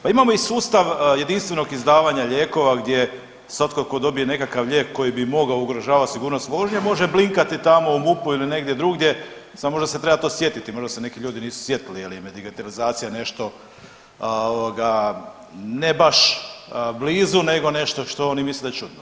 Pa imamo i sustav jedinstvenog izdavanja lijekova gdje svatko tko dobije nekakav lijek koji bi mogao ugrožavati sigurnost vožnje može blinkati tamo u MUP-u ili negdje drugdje, samo možda se to treba sjetiti, možda se neki ljudi nisu sjetili jer im je digitalizacija nešto ne baš blizu, nego nešto što oni misle da je čudno.